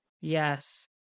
Yes